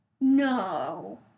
No